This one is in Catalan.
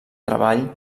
treball